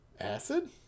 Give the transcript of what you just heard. Acid